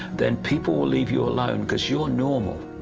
then people will leave you alone because you are normal.